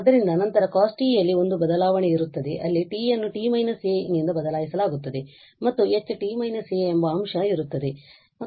ಆದ್ದರಿಂದ ನಂತರ cos t ಯಲ್ಲಿ ಒಂದು ಬದಲಾವಣೆ ಇರುತ್ತದೆ ಅಲ್ಲಿ t ಯನ್ನು t − a ನಿಂದ ಬದಲಾಯಿಸಲಾಗುತ್ತದೆ ಮತ್ತು H ಎಂಬ ಅಂಶ ಇರುತ್ತದೆ